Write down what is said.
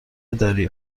داری